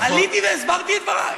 עליתי והסברתי את דבריי.